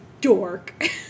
dork